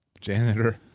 janitor